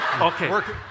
Okay